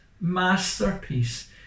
masterpiece